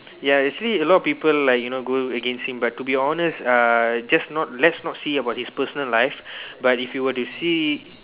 ya actually a lot of people like you know go against him but to be honest uh just not let's not see about his personal lives but if you were to see